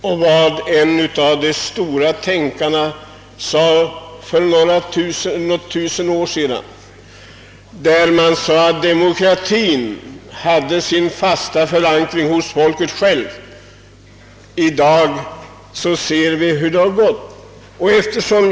För några tusen år sedan sade någon av de stora tänkarna om detta land att demokratin hade sin bästa förankring hos folket självt. Men i dag ser vi hur det har gått.